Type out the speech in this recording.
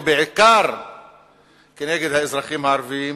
ובעיקר נגד האזרחים הערבים